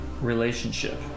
relationship